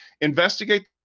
Investigate